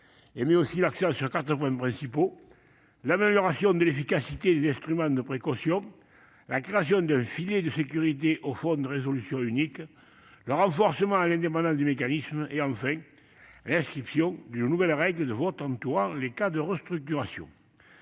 Elle met ainsi l'accent sur quatre points principaux : l'amélioration de l'efficacité des instruments de précaution ; la création d'un filet de sécurité autour du Fonds de résolution unique ; le renforcement et l'indépendance du mécanisme ; et, enfin, l'inscription d'une nouvelle règle de vote s'appliquant aux cas de restructuration.